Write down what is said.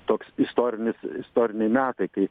toks istorinis istoriniai metai kai